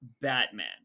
Batman